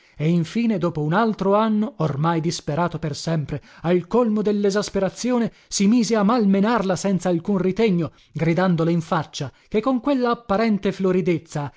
e in fine dopo un altro anno ormai disperando per sempre al colmo dellesasperazione si mise a malmenarla senza alcun ritegno gridandole in faccia che con quella apparente floridezza